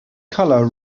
color